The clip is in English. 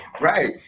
Right